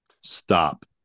Stop